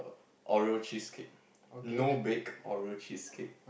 Oreo cheesecake no Bake Oreo cheesecake